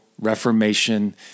reformation